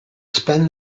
spend